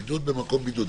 בידוד במקום בידוד,